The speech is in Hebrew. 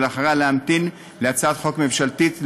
ואחריה להמתין להצעת חוק ממשלתית,